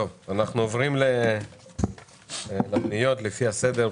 אנחנו עוברים לפניות והולכים לפי הסדר.